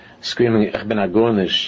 Screaming